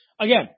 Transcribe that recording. Again